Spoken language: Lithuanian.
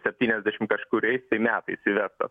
septyniasdešim kažkuriais metais įvestas